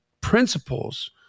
principles